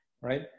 Right